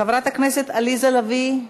חברת הכנסת עליזה לביא,